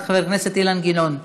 חבר הכנסת אילן גילאון,